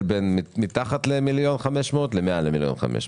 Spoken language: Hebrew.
בין מתחת ל-1.5 מיליון שקל ובין מעל ל-1.5 מיליון שקל.